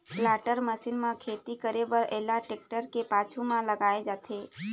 planter machine म खेती करे बर एला टेक्टर के पाछू म लगाए जाथे